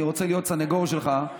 אני רוצה להיות סנגור שלך,